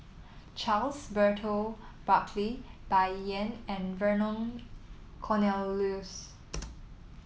Charles Burton Buckley Bai Yan and Vernon Cornelius